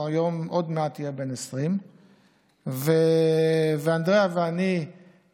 היום הוא עוד מעט יהיה כבר בן 20. אנדריאה ואני ואורי,